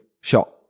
shot